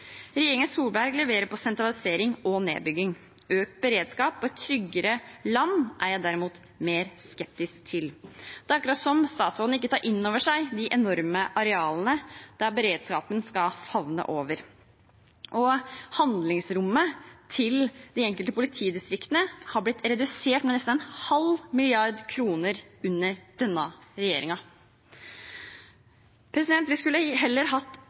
Regjeringen Solberg leverer på sentralisering og nedbygging. Økt beredskap og et tryggere land er jeg derimot mer skeptisk til. Det er akkurat som om statsråden ikke tar inn over seg de enorme arealene beredskapen skal favne over. Handlingsrommet til de enkelte politidistriktene har blitt redusert med nesten 0,5 mrd. kr under denne regjeringen. Vi skulle heller hatt